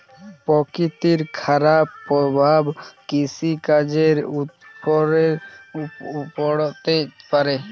প্রকৃতির খারাপ প্রভাব কৃষিকাজের উপরেও পড়তে পারে